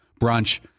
brunch